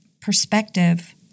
perspective